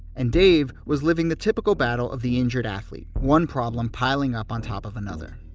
and dave was living the typical battle of the injured athlete, one problem piling up on top of another.